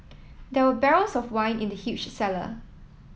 there were barrels of wine in the huge cellar